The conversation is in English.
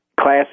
Class